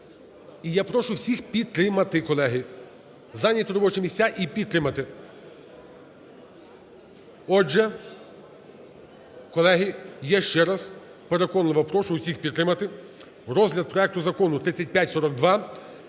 І я прошу всіх підтримати, колеги. Зайняти робочі місця і підтримати. Отже, колеги, я ще раз переконливо прошу всіх підтримати розгляд проекту Закону 3542